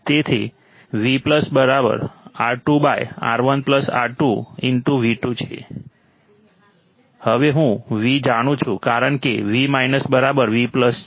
તેથી હવે હું V જાણું છું કારણ કે V V છે